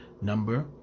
number